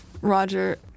Roger